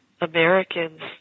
Americans